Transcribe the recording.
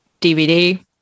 DVD